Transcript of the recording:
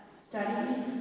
study